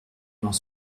dans